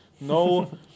no